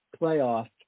playoff